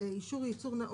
אישור ייצור